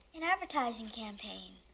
an advertising campaign.